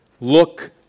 Look